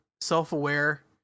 self-aware